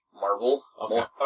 Marvel